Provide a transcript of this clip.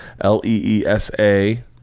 L-E-E-S-A